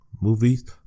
movies